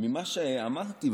ממה שאמרתי.